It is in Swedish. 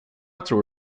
tror